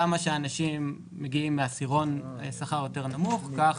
ככל שאנשים מגיעים לעשירון שכר נמוך יותר כך